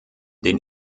den